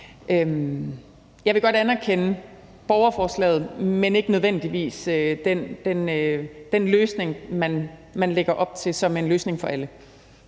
Jeg vil godt anerkende borgerforslaget, men ikke nødvendigvis den løsning, man lægger op til, som en løsning for alle.